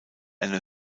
eine